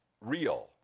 real